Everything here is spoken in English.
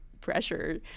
pressure